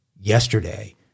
yesterday